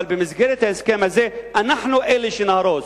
אבל במסגרת ההסכם הזה אנחנו אלה שנהרוס.